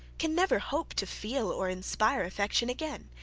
can never hope to feel or inspire affection again,